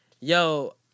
yo